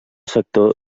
sector